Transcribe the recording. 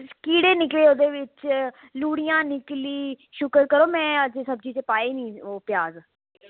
कीड़े निकले ओह्दे बिच लुड़ियां निकली शुकर करो में सब्जी च पाए निं ओह् प्याज